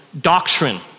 doctrine